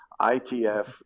ITF